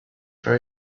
for